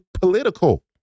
political